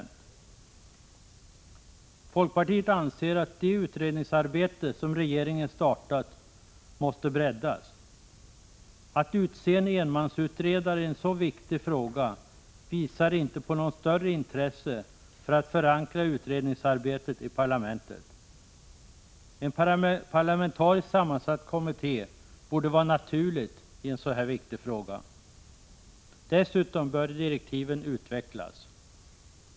Vi i folkpartiet anser att det av regeringen startade utredningsarbetet måste breddas. Tillsättandet av en enmansutredning i en så viktig fråga som denna visar inte på något större intresse för att förankra utredningsarbetet i parlamentet. Det borde vara naturligt att tillsätta en parlamentarisk sammansatt kommitté när det gäller en så här viktig fråga. Dessutom bör direktiven utvecklas.